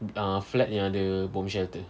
ah flat yang ada bomb shelter